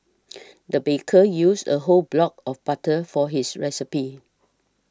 the baker used a whole block of butter for his recipe